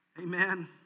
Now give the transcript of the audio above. Amen